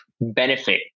benefit